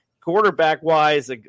Quarterback-wise